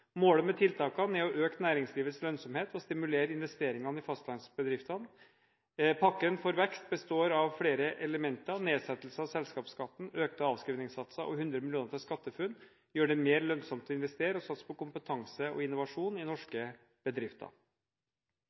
Målet med tiltakene er å øke næringslivets lønnsomhet og stimulere investeringene i fastlandsbedriftene. Pakken for vekst består av flere elementer, bl.a. nedsettelse av selskapsskatten, økte avskrivingssatser og 100 mill. kr til SkatteFUNN, som gjør det mer lønnsomt å investere og å satse på kompetanse og innovasjon i norske bedrifter.